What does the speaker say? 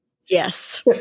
Yes